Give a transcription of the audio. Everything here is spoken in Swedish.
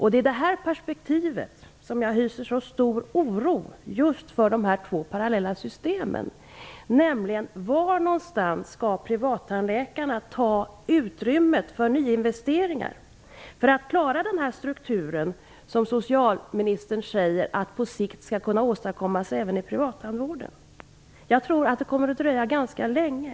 I det perspektivet hyser jag mycket stor oro just för de två parallella systemen. Var skall privattandläkarna få utrymme för nyinvesteringar för att klara den struktur som socialministern säger skall kunna åstadkommas på sikt även i privattandvården? Jag tror att det kommer att dröja ganska länge.